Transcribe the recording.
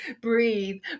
breathe